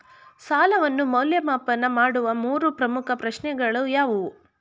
ಸಾಲವನ್ನು ಮೌಲ್ಯಮಾಪನ ಮಾಡುವ ಮೂರು ಪ್ರಮುಖ ಪ್ರಶ್ನೆಗಳು ಯಾವುವು?